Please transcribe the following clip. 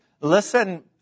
listen